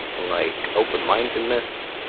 like open-mindedness.